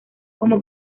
como